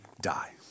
die